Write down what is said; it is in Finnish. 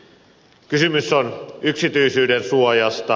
kysymys on yksityisyyden suojasta